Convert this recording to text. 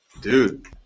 Dude